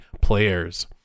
players